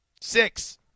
six